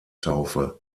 taufe